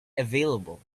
available